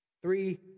Three